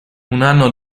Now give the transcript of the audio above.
anno